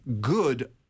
good